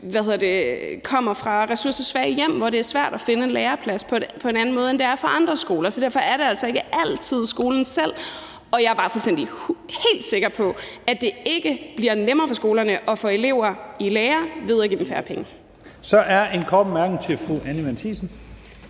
kommer fra ressourcesvage hjem, og hvor det er sværere at finde en læreplads, end det er fra andre skoler. Så derfor er det altså ikke altid skolerne selv, og jeg er bare helt sikker på, at det ikke bliver nemmere for skolerne at få elever i lære, fordi man giver dem færre penge. Kl. 15:07 Første næstformand (Leif Lahn